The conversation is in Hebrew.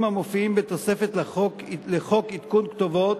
המופיעים בתוספת לחוק עדכון כתובות